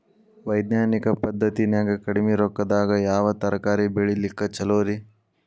ವೈಜ್ಞಾನಿಕ ಪದ್ಧತಿನ್ಯಾಗ ಕಡಿಮಿ ರೊಕ್ಕದಾಗಾ ಯಾವ ತರಕಾರಿ ಬೆಳಿಲಿಕ್ಕ ಛಲೋರಿ?